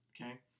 Okay